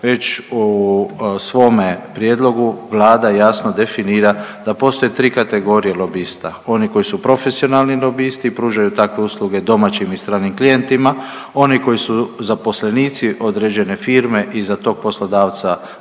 već u svome prijedlogu Vlada jasno definira da postoje tri kategorije lobista. Oni koji su profesionalni lobisti i pružaju takve usluge domaćim i stranim klijentima, oni koji su zaposlenici određene firme i za tog poslodavca